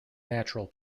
natural